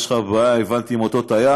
יש לך בעיה, הבנתי, עם אותו טייס.